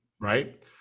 right